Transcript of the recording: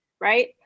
right